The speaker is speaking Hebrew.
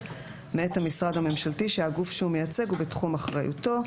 מאת המשרד הממשלתי שהגוף שהוא מייצג הוא בתחום אחריותו,